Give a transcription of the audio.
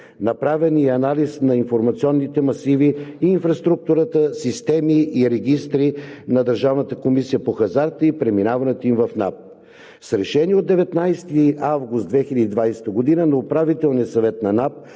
Направен е и анализ на информационните масиви, инфраструктура, системи и регистри на Държавната комисия по хазарта и преминаването им в НАП. С Решение от 19 август 2020 г. на Управителния съвет на НАП